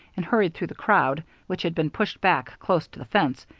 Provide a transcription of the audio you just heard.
and hurried through the crowd, which had been pushed back close to the fence,